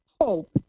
hope